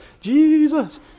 Jesus